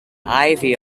ivy